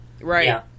Right